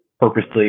purposely